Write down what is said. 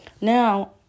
now